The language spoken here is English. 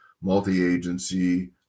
multi-agency